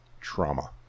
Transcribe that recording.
Trauma